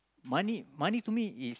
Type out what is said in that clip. money money to me is